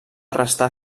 restar